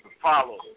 Follow